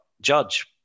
Judge